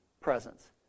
presence